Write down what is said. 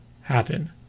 happen